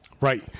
Right